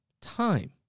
time